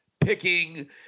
picking